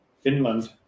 Finland